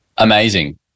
Amazing